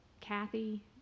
Kathy